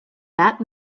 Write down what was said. that